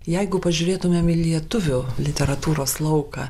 jeigu pažiūrėtumėm į lietuvių literatūros lauką